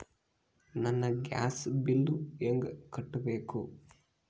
ನನ್ನ gas bill ಹೆಂಗ ಕಟ್ಟಬೇಕು?